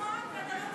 נכון, ואתה